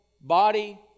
body